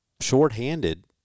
shorthanded